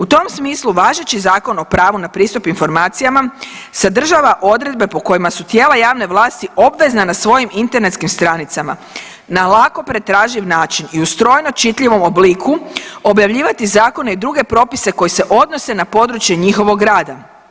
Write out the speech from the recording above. U tom smislu važeći Zakon o pravu na pristup informacijama sadržava odredbe po kojima su tijela javne vlasti obvezne na svojim internetskim stranicama na lako pretraživ način i u strojno čitljivom obliku objavljivati zakone i druge propise koji se odnose na područje njihovog rada.